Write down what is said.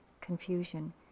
confusion